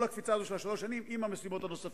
כל הקפיצה הזאת של שלוש השנים עם המשימות הנוספות,